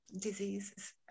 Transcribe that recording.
diseases